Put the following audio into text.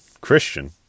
Christian